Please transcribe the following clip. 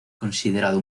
considerado